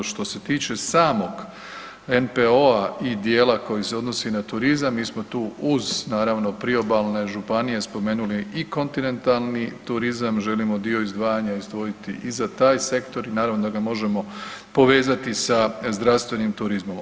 Što se tiče samog NPO-a i djela koji se odnosi na turizam, mi smo tu uz naravno priobalne županije, spomenuli i kontinentalni turizam, želimo dio izdvajanja izdvojiti i za taj sektor i naravno da ga možemo povezati sa zdravstvenim turizmom.